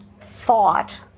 thought